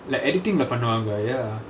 like editing lah பண்ணுவாங்க:pannuvaanga ya